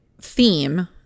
theme